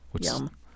yum